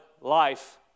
life